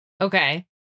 Okay